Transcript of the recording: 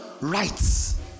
rights